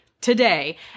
today